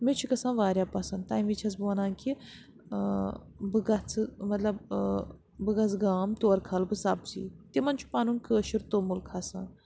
مےٚ چھُ گژھان واریاہ پَسنٛد تَمہِ وِز چھَس بہٕ وَنان کہِ بہٕ گژھٕ مطلب بہٕ گژھٕ گام تورٕ کھالہٕ بہٕ سبزی تِمَن چھُ پَنُن کٲشُر توٚمُل کھَسان